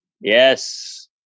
Yes